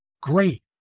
Great